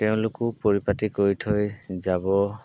তেওঁলোকো পৰিপাটি কৰি থৈ যাব